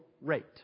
rate